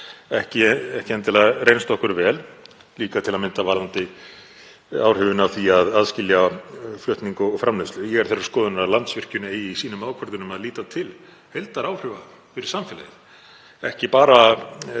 ekki endilega reynst okkur vel, líka til að mynda varðandi áhrifin af því að aðskilja flutning og framleiðslu. Ég er þeirrar skoðunar að Landsvirkjun eigi í ákvörðunum sínum að líta til heildaráhrifa fyrir samfélagið,